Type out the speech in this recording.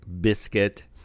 biscuit